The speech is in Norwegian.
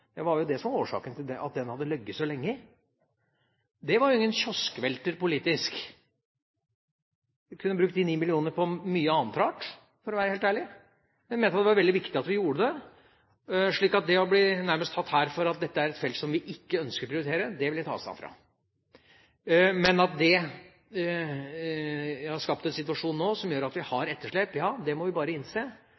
det var jo det som var årsaken til at den hadde ligget så lenge. Det var jo ingen kioskvelter politisk. Vi kunne brukt de ni millionene på mye annet rart, for å være helt ærlig, men jeg mente det var veldig viktig at vi gjorde det. Så det å bli nærmest tatt her for at dette er et felt som vi ikke ønsker å prioritere, vil jeg ta avstand fra. Men at det har skapt en situasjon nå som gjør at vi har